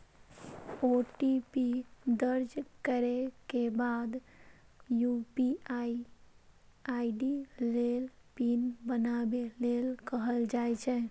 OTP दर्ज करै के बाद यू.पी.आई आई.डी लेल पिन बनाबै लेल कहल जाइ छै